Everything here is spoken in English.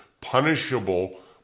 punishable